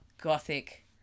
gothic